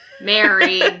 Mary